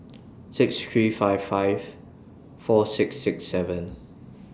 six three five five four six six seven